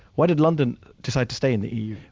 why did london decide to stay in the eu?